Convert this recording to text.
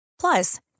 Plus